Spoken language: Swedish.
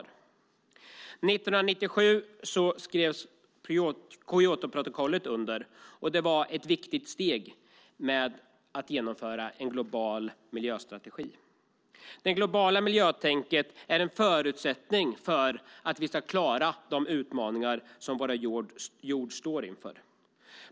År 1997 skrevs Kyotoprotokollet under, och det var ett viktigt steg för att genomföra en global miljöstrategi. Det globala miljötänkandet är en förutsättning för att vi ska klara de utmaningar som vår jord står inför.